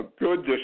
Good